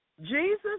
Jesus